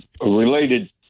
related